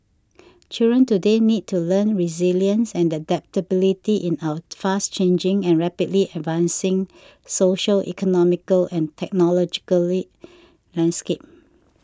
children today need to learn resilience and adaptability in our fast changing and rapidly advancing social economical and technological landscape